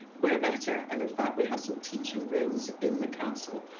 where better? and in fact, we have some teaching rooms in the castle.